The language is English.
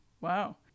Wow